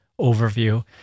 overview